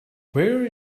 where